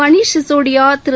Manish Sisodia Thiru